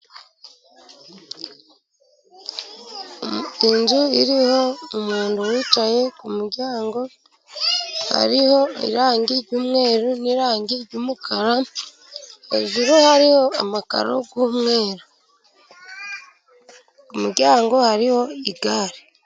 Inzu iriho umuntu wicaye ku muryango, hariho irangi ry'umweru n'irangi ry'umukara, hejuru hariho amakaro y'umweru, ku muryango hariho igare.